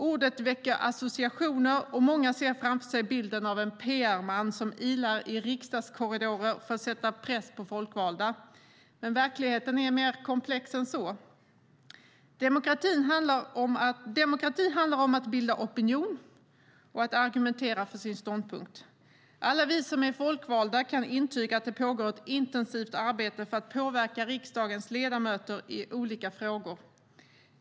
Ordet väcker associationer, och många ser framför sig bilden av en PR-man som ilar i riksdagskorridorer för att sätta press på folkvalda. Men verkligheten är mer komplex än så. Demokratin handlar om att bilda opinion och att argumentera för sin ståndpunkt. Alla vi som är folkvalda kan intyga att det pågår ett intensivt arbete för att påverka riksdagens ledamöter i olika frågor.